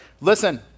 listen